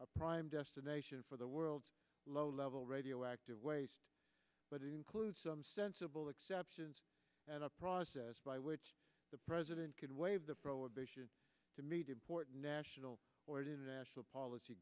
a prime destination for the world's low level radioactive waste but it includes some sensible exceptions and a process by which the president can waive the prohibition to meet important national or international policy